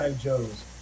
Joe's